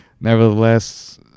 nevertheless